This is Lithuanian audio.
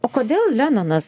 o kodėl lenonas